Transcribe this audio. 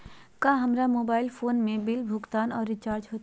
क्या हमारा mobile phone से बिल भुगतान और रिचार्ज होते?